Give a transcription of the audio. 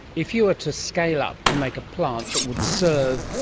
if you were to scale up to make a plant that would serve,